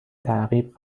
تعقیب